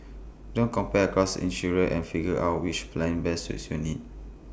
don't compare across insurers and figure out which plan best suits your needs